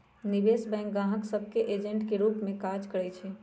निवेश बैंक गाहक सभ के एजेंट के रूप में काज करइ छै